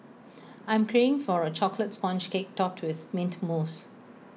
I am craving for A Chocolate Sponge Cake Topped with Mint Mousse